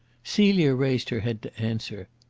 celia raised her head to answer.